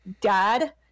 Dad